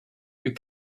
you